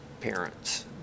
parents